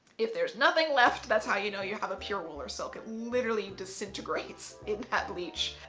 if there's nothing left, that's how you know you have a pure roller silk. it literally disintegrates in that bleach.